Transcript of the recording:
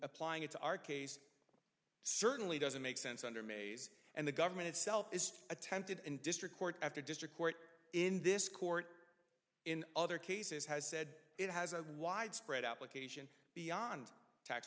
applying it to our case certainly doesn't make sense under mase and the government itself is attempted in district court after district court in this court in other cases has said it has a widespread outlook asian beyond tax